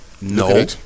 No